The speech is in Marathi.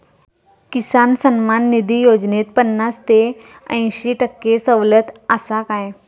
किसान सन्मान निधी योजनेत पन्नास ते अंयशी टक्के सवलत आसा काय?